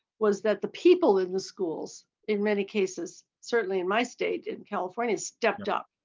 was that the people in the schools in many cases, certainly in my state and in california, stepped up